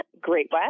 Great